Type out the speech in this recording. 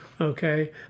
okay